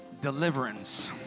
Deliverance